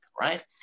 right